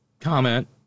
comment